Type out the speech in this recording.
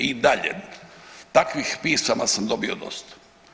I dalje takvih pisama sam dobio dosta.